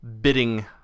bidding